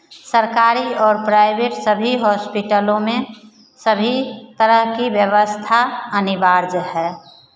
सरकारी और प्राइवेट सभी हॉस्पिटलों में सभी तरह की व्यवस्था अनिवार्य है